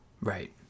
Right